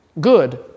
good